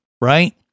right